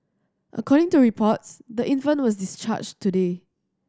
according to reports the infant was discharged today